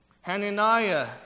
Hananiah